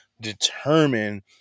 determine